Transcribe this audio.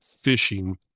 fishing